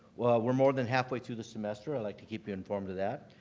we're more than halfway through the semester. i like to keep you informed of that.